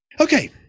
Okay